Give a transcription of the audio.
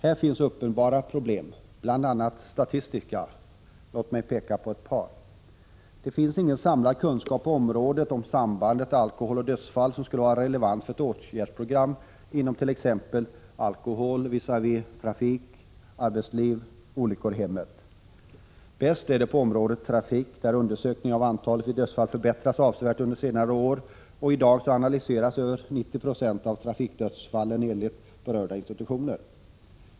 Här finns uppenbara problem, bl.a. statistiska. Låt mig peka på ett par. Det finns ingen samlad kunskap på området om sambandet alkohol och dödsfall som skulle kunna vara relevant för ett åtgärdsprogram i fråga om t.ex. alkohol-trafik-arbetsliv-olyckor i hemmet. Bäst är det på området trafik, där statistiken beträffande alkoholförtäring vid dödsfall förbättrats avsevärt under senare år. I dag analyseras över 90 96 av trafikdödsfallen.